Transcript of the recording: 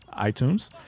iTunes